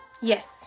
yes